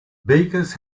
bakers